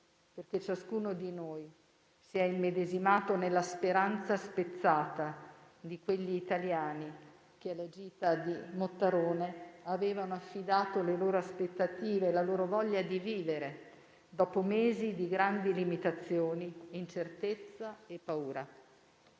perché ciascuno di noi si è immedesimato nella speranza spezzata di quegli italiani che alla gita di Mottarone avevano affidato le loro aspettative e la loro voglia di vivere dopo mesi di grandi limitazioni, incertezza e paura.